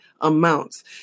amounts